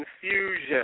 confusion